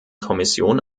kommission